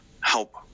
help